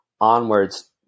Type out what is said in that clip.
onwards